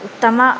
उत्तमं